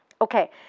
Okay